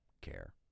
care